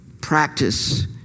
Practice